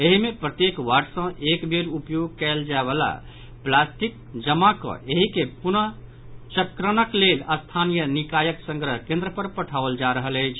एहि मे प्रत्येक वार्ड सॅ एक बेर उपयोग कयल जायवला प्लास्टिक जमा कऽ एहि के पुनःचक्रणक लेल स्थानीय निकायक संग्रह केन्द्र पर पठाओल जा रहल अछि